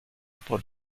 por